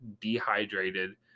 dehydrated